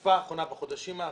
בתקופה האחרונה, בחודשים האחרונים,